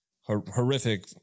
horrific